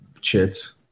chits